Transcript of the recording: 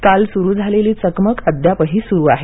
काल सुरू झालेली चकमक अद्यापही सुरू आहे